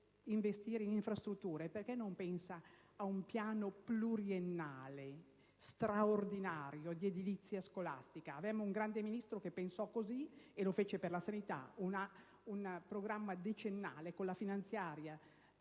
investire in infrastrutture, perché non pensa a un piano pluriennale straordinario di edilizia scolastica? Avemmo un grande Ministro che pensò così e realizzò per la sanità un programma decennale in sede di finanziaria.